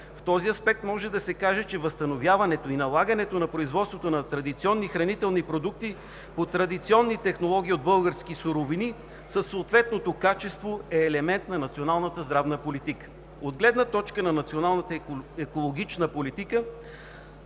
В този аспект може да се каже, че възстановяването и налагането на производството на традиционни хранителни продукти по традиционни технологии от български суровини със съответното качество е елемент на националната здравна политика. От гледна точка на националната екологична политика